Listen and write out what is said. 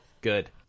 good